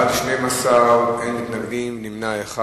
בעד, 12, אין מתנגדים, נמנע אחד.